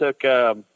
took –